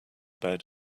bed